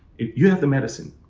you have the medicine.